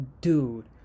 dude